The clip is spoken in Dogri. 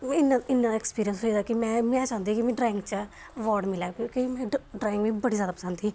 ओह् इन्ना इन्ना एक्सपीरियंस होई गेदा कि में में चांह्दी कि में ड्राइंग चा आवर्ड मिले कोई क्योंकि में ड ड्राइंग मीं बड़ी जैदा पसंद ही